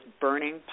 burning